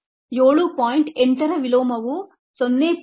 8 ರ ವಿಲೋಮವು 0